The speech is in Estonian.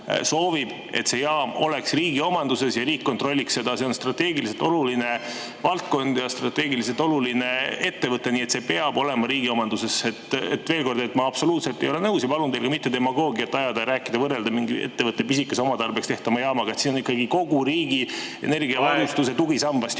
et see jaam oleks riigi omanduses ja riik kontrolliks seda. See on strateegiliselt oluline valdkond ja strateegiliselt oluline ettevõte, nii et see peab olema riigi omanduses. Veel kord, ma absoluutselt ei ole nõus ja palun teil mitte demagoogiat ajada ja rääkida, võrrelda [suurt tuumajaama] mingi ettevõtte pisikese oma tarbeks tehtava jaamaga. Siin on ikkagi kogu riigi energiavarustuse tugisambast jutt.